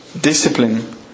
discipline